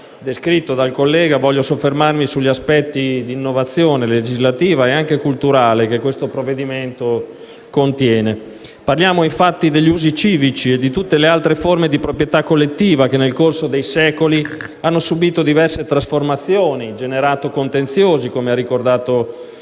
descritto dal collega, voglio soffermarmi sugli aspetti di innovazione legislativa, e anche culturale, che questo provvedimento contiene. Parliamo, infatti, degli usi civici e di tutte le altre forme di proprietà collettiva che, nel corso dei secoli, hanno subìto diverse trasformazioni, generato contenziosi, come ha ricordato il